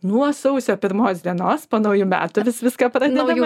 nuo sausio pirmos dienos po naujų metų vis viską pradedame